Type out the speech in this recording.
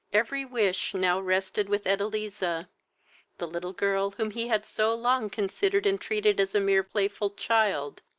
every wish now rested with edeliza the little girl whom he had so long considered and treated as a mere playful child.